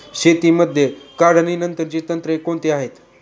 शेतीमध्ये काढणीनंतरची तंत्रे कोणती आहेत?